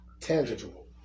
Tangible